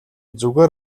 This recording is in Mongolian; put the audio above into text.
зүгээр